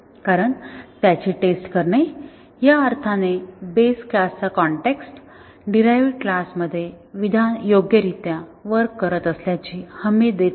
कारण त्याची टेस्ट करणे या अर्थाने बेस क्लासचा कॉन्टेक्सट डीरहाईवड क्लास मध्ये विधान योग्यरित्या वर्क करत असल्याची हमी देत नाही